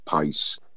pace